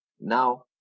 Now